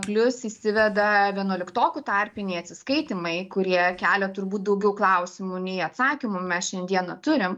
plius įsiveda vienuoliktokų tarpiniai atsiskaitymai kurie kelia turbūt daugiau klausimų nei atsakymų mes šiandieną turim